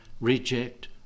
reject